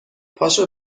پاشو